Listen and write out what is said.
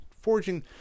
forging